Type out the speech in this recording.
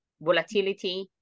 volatility